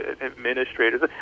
administrators